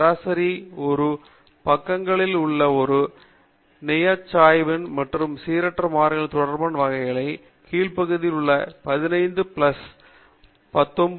சராசரியாக இரு பக்கங்களிலும் உள்ள ஒரு நியமச்சாய்வில் உள்ள சீரற்ற மாறிகள் தொடர்பான வளைவின் கீழ் உள்ள பகுதி 15 பிளஸ் 19